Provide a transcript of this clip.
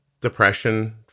depression